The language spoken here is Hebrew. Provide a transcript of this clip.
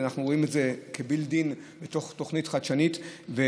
שאנחנו רואים את זה כ-build-in בתוך תוכנית חדשנית ומתקדמת.